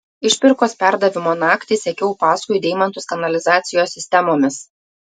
išpirkos perdavimo naktį sekiau paskui deimantus kanalizacijos sistemomis